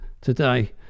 today